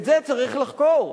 את זה צריך לחקור,